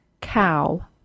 cow